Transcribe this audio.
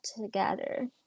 together